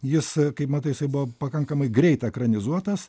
jis kaip matai jisai buvo pakankamai greit ekranizuotas